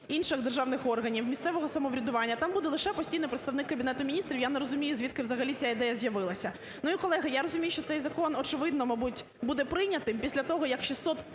інших державних органів місцевого самоврядування, там буде лише постійний представник Кабінету Міністрів, і я не розумію, звідки взагалі ця ідея з'явилася. І, колеги, я розумію, що цей закон очевидно, мабуть, буде прийнятий після того як 600